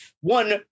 one